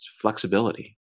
flexibility